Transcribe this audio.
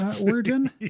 Origin